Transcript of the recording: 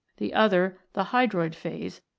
the other, the hydroid phase,